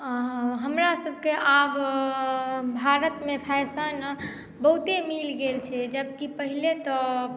हमरासभके आब भारतमे फैशन बहुते मिल गेल छै जबकि पहिले तऽ